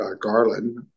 Garland